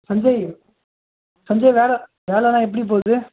சஞ்ஜய் சஞ்ஜய் வேலை வேலைலாம் எப்படி போகுது